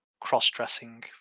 cross-dressing